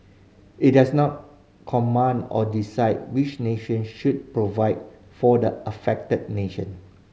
it does not command or decide which nations should provide for the affected nation